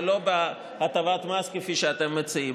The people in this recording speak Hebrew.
ולא בהטבת מס כפי שאתם מציעים.